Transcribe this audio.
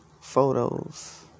photos